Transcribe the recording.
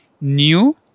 new